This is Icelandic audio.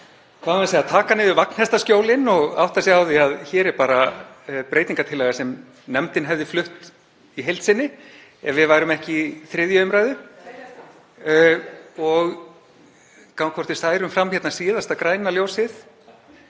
hvet fólk til að taka niður vagnhestaskjólin og átta sig á því að hér er bara breytingartillaga sem nefndin hefði flutt í heild sinni ef við værum ekki í 3. umr., og gá hvort við særum hér fram síðasta græna ljósið.